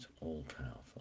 all-powerful